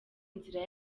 nzira